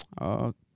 Okay